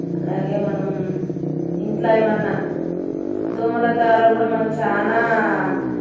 అలాగే మనం ఇంట్లో ఏమైన్నా దోమల ద్వారా కూడా మనం చాలా